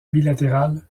bilatérale